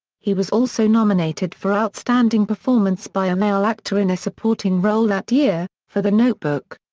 he was also nominated for outstanding performance by a male actor in a supporting role that year, for the notebook.